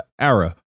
era